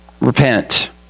Repent